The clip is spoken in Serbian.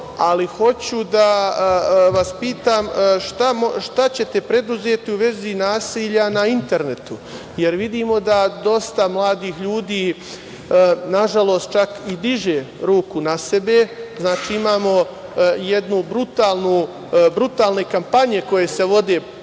ali hoću da vas pitam, šta ćete preduzeti u vezi nasilja na internetu. Vidimo da dosta mladih ljudi, nažalost, čak i diže ruku na sebe. Znači, imamo brutalne kampanje koje se vode